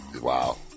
Wow